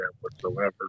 whatsoever